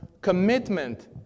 commitment